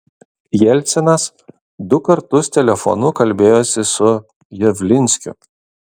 jelcinas du kartus telefonu kalbėjosi su javlinskiu